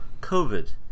COVID